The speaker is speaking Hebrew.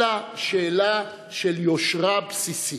אלא שאלה של יושרה בסיסית.